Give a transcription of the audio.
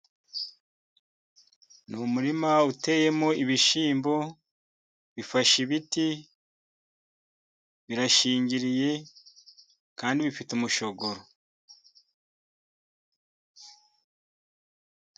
Ni'umurima uteyemo ibishyimbo bifashe ibiti, birashingiriye, kandi bifite umushogoro.